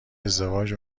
ازدواج